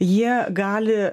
jie gali